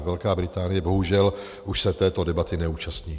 Velká Británie bohužel už se této debaty neúčastní.